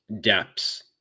depths